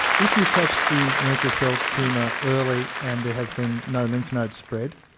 if you catch the merkel cell tumour early and there has been no lymph node spread,